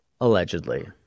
allegedly